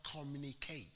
communicate